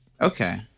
Okay